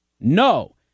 No